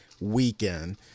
weekend